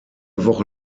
woche